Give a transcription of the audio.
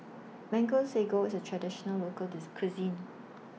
Mango Sago IS A Traditional Local Cuisine